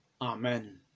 Amen